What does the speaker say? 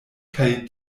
kaj